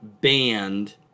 banned